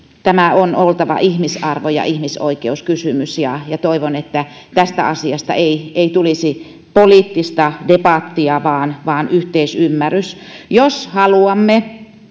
tämän on oltava ihmisarvo ja ihmisoikeuskysymys ja ja toivon että tästä asiasta ei ei tulisi poliittista debattia vaan vaan yhteisymmärrys jos haluamme